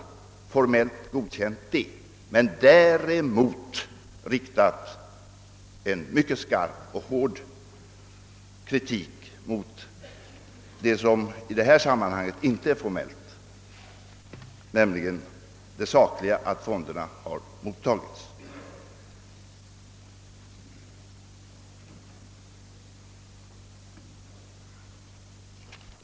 Däremot har han gjort ett mycket hårt omdöme om det som i detta sammanhang inte är av formell karaktär, nämligen sakförhållandet att fonderna har mottagits.